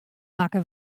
makke